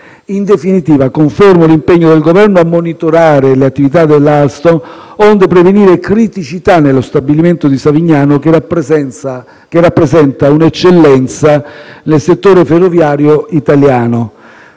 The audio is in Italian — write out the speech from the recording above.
In definitiva, confermo l'impegno del Governo a monitorare le attività dell'Alstom, onde prevenire criticità nello stabilimento di Savigliano che rappresenta un'eccellenza nel settore ferroviario italiano.